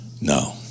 No